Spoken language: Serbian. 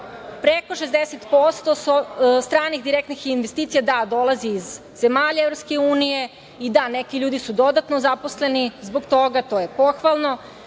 Preko 60% stranih direktnih investicija dolazi iz zemalja EU i da, neki ljudi su dodatno zaposleni zbog toga, to je pohvalno,